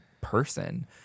person